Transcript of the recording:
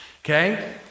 Okay